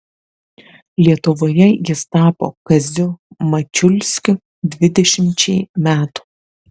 lietuvoje jis tapo kaziu mačiulskiu dvidešimčiai metų